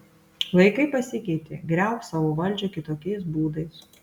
laikai pasikeitė griauk savo valdžią kitokiais būdais